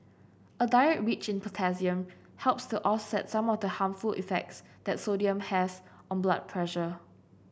a diet rich in potassium helps to offset some of the harmful effects that sodium has on blood pressure